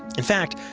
in fact,